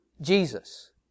Jesus